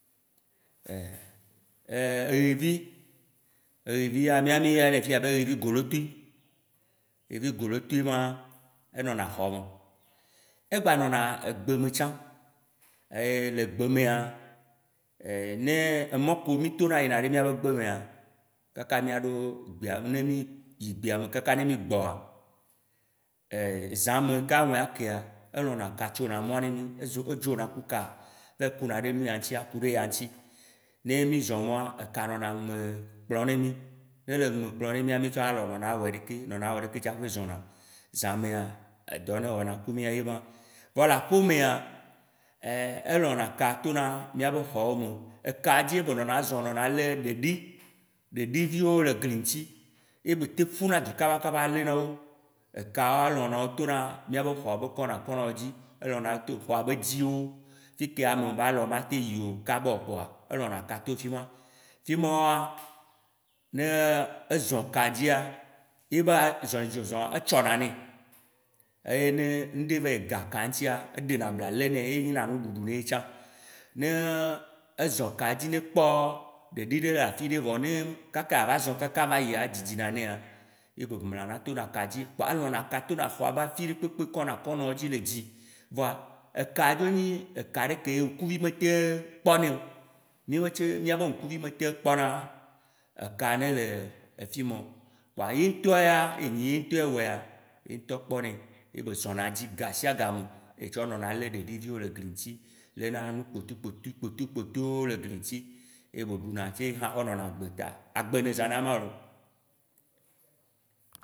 eyivi, eyivia miawo ya miyɔnɛ le fiya be yivi golotoe, yivi golotoe maaa, enɔna xɔ me, egbanɔna egbe me tsã, le gbemea, ne emɔ kewo mitona yina ɖe miabe gbemea, kaka miaɖo gbea ne mi yi gbea me kaka ne migbɔa, zã me kaa nu ne kea, elɔna ka tsona mɔ ne mi. Ezo edzona Ku ka, va yi ku na ɖe nu ya ŋti aku ɖe eya ŋti ne mizɔ mɔa, eka nɔna ŋme kplɔm ne mi. Nele ŋme pklɔm ne mia, mitsɔna alɔ nɔna wɔ ɖeke nɔna wɔ ɖeke tsaƒe zɔna. Zã mea edɔ ne wɔna Ku mia ye ma. Vɔ la xomea, elɔ̃na ka tona miaƒe xɔwo me, eka dzie be nɔna zɔ nɔna le ɖeɖi, ɖeɖi viwo le gli ŋti, ye be tem ƒu na dzu kaba kaba le na wo. Ekawãwo e lɔ̃nawo tona miabe xɔ be kɔna kɔnawo dzi, elɔna to xɔa be dziwo fike ame ba lɔ matem yi o kaba o kpoa, elɔ̃na ka to fima. Fimɔwoa, ne ezɔ ka dzia ye be azɔli zɔzɔa etsɔna ne, ye ŋɖe va yi ka ka ŋtia, eɖena bla le ne, ye nyi na nuɖuɖu ne yetsã. Neee ezɔ ka dzi, ne kpɔ ɖeɖi ɖe le afi ɖe vɔ ne kaka ava zɔ kaka ava yia, edzidzi na nea, ye be mla na tona ka dzi kpoa elɔ̃na ka tona xɔa ba fiɖe kpekpe kɔna kɔnawo dzi le dzi. Vɔa eka dzo nyi eka ɖe ke ye ŋkuvi metem kpɔ ne o, mimetem miabe ŋkuvi metem kpɔna aka ne le efimɔ. Kpoa ye ŋtɔa ya, eyi enyi ye ŋtɔe wɔea, ye ŋtɔ kpɔ nɛ ye be zɔna edzi gasiagame ye tsɔ nɔna le ɖeɖiviwo le gli ŋti, le na nu kpotoe kpotoe kpotoe kpotoewo le gli ŋti, egbe duna tse hã xɔ nɔna agbe ta, agbe ne zãna ma loo.